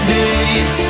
days